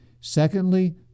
Secondly